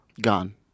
gone